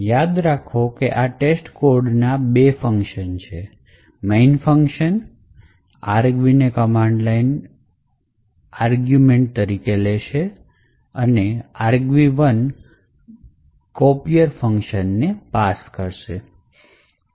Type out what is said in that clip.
યાદ છે કે ટેસ્ટ કોડ ના બે ફંકશન છે main ફંકશન argv ને કમાન્ડ લાઇન આર્ગિવમેન્ટ ત્તરીકે લેશે અને argv1 copier ફંકશન માં પાસ કરશે